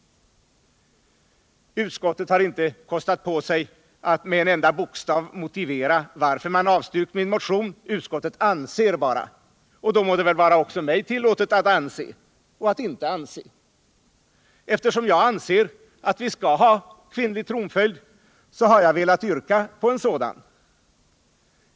Utskottet har inte kostat på sig att med en enda bokstav motivera varför man avstyrkt min motion. Utskottet ”anser” bara, och då må det vara även mig tillåtet att anse — och att inte anse. Eftersom jag anser att vi skall ha kvinnlig tronföljd, har jag velat yrka på sådan.